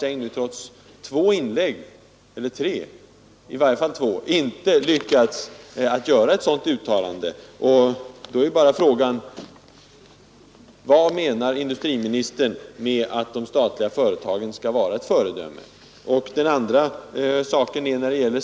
Men ett-sådant uttalande har finansministern trots tre inlägg inte lyckats göra.